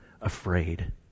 afraid